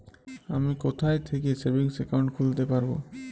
আমি কোথায় থেকে সেভিংস একাউন্ট খুলতে পারবো?